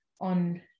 on